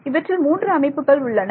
இவற்றில் மூன்று அமைப்புகள் உள்ளன